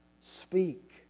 speak